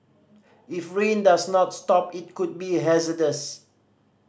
if rain does not stop it could be hazardous